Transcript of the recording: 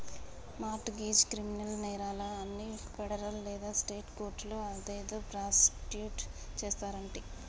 mart గెజ్, criminal నేరాలు అన్ని federal లేదా స్టేట్ కోర్టులో అదేదో ప్రాసుకుట్ చేస్తారంటి